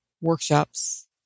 workshops